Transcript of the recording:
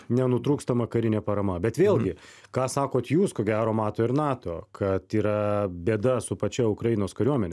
nenutrūkstama karinė parama bet vėlgi ką sakot jūs ko gero mato ir nato kad yra bėda su pačia ukrainos kariuomene